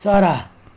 चरा